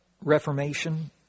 Reformation